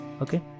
Okay